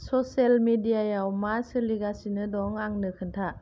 social मेदियायाव मा सोलिगासिनो दं आंनो खोन्था